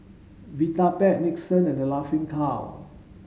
Vitapet Nixon and The Laughing Cow